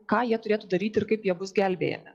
ką jie turėtų daryti ir kaip jie bus gelbėjami